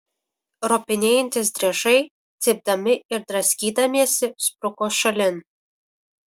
ropinėjantys driežai cypdami ir draskydamiesi spruko šalin